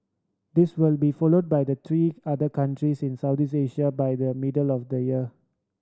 this will be followed by the three other countries in Southeast Asia by the middle of the year